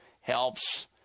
helps